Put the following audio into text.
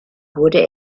wurde